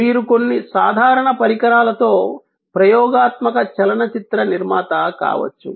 మీరు కొన్ని సాధారణ పరికరాలతో ప్రయోగాత్మక చలన చిత్ర నిర్మాత కావచ్చు